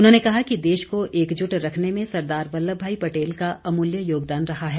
उन्होंने कहा कि देश को एकजुट रखने में सरदार वल्लभ भाई पटेल का अमूल्य योगदान रहा है